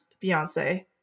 beyonce